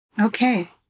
Okay